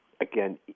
again